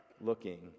looking